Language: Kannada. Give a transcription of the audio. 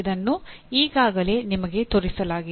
ಇದನ್ನು ಈಗಾಗಲೇ ನಿಮಗೆ ತೋರಿಸಲಾಗಿದೆ